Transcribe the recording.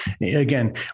Again